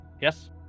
Yes